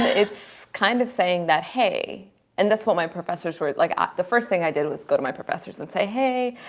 it's kind of saying that hey and that's what my professors were like ah the first thing i did was go to my professors and say hey,